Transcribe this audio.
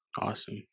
Awesome